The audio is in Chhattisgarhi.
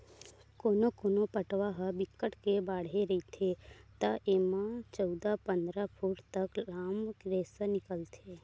कोनो कोनो पटवा ह बिकट के बाड़हे रहिथे त एमा चउदा, पंदरा फूट तक लाम रेसा निकलथे